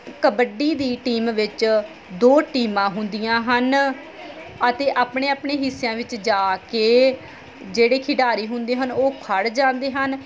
ਕਬੱਡੀ ਦੀ ਟੀਮ ਵਿੱਚ ਦੋ ਟੀਮਾਂ ਹੁੰਦੀਆਂ ਹਨ ਅਤੇ ਆਪਣੇ ਆਪਣੇ ਹਿੱਸਿਆਂ ਵਿੱਚ ਜਾ ਕੇ ਜਿਹੜੇ ਖਿਡਾਰੀ ਹੁੰਦੇ ਹਨ ਉਹ ਖੜ੍ਹ ਜਾਂਦੇ ਹਨ